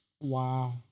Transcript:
Wow